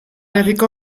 herriko